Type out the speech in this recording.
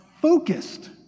focused